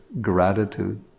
gratitude